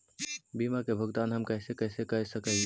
बीमा के भुगतान हम कैसे कैसे कर सक हिय?